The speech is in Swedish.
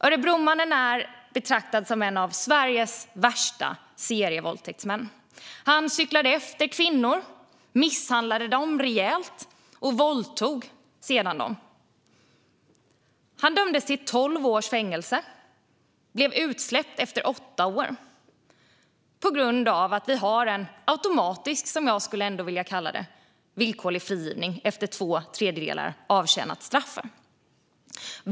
Han betraktas som en av Sveriges värsta serievåldtäktsmän. Han cyklade efter kvinnor, misshandlade dem svårt och våldtog dem sedan. Han dömdes till tolv års fängelse och blev utsläppt efter åtta år eftersom vi har en, som jag ser det, automatisk villkorlig frigivning efter att två tredjedelar av straffet avtjänats.